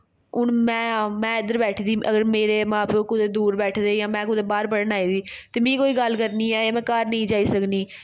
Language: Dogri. हून में आ में इद्धर बैठी दी अगर मेरे मां प्यो कुतै दूर बैठे दे जां में कुदै बाह्र पढ़न आई दी ते मीं कोई गल्ल करनी ऐ जां में घर नेईं जाई सकनी